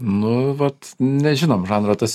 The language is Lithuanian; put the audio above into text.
nu vat nežinom žanro tas